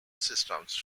systems